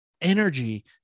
energy